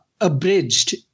abridged